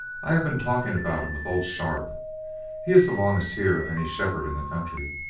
i have been talking about em with old sharp he is the longest here of any shepherd in the country,